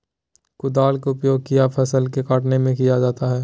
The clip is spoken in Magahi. कुदाल का उपयोग किया फसल को कटने में किया जाता हैं?